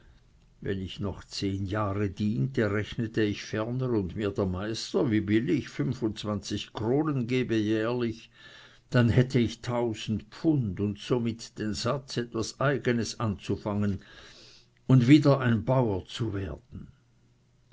wenn ich noch zehn jahre diente und mir der meister wie billig fünfundzwanzig kronen gebe jährlich dann hätte ich tausend pfund und somit den satz etwas eigenes anzufangen und wieder ein bauer zu werden